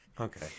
okay